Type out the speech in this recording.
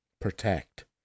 Protect